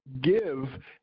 give